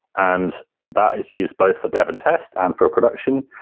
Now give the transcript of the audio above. and that is used both for dev and test and for a production.